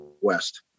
west